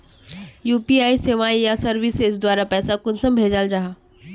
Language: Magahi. यु.पी.आई सेवाएँ या सर्विसेज द्वारा पैसा कुंसम भेजाल जाहा?